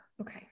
Okay